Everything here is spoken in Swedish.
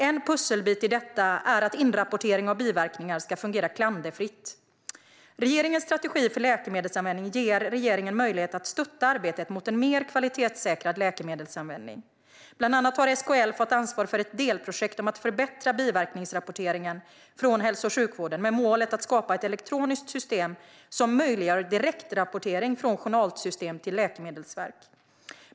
En pusselbit i detta är att inrapportering av biverkningar ska fungera klanderfritt. Regeringens strategi för läkemedelsanvändning ger regeringen möjlighet att stötta arbetet mot en mer kvalitetssäkrad läkemedelsanvändning. Bland annat har SKL fått ansvar för ett delprojekt om att förbättra biverkningsrapporteringen från hälso och sjukvården med målet att skapa ett elektroniskt system som möjliggör direktrapportering från journalsystem till Läkemedelsverket.